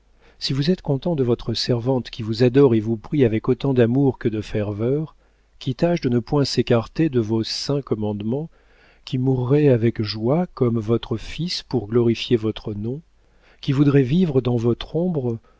si vous êtes content de votre servante qui vous adore et vous prie avec autant d'amour que de ferveur qui tâche de ne point s'écarter de vos saints commandements qui mourrait avec joie comme votre fils pour glorifier votre nom qui voudrait vivre dans votre ombre